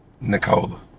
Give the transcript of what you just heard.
Nicola